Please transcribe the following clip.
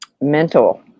mental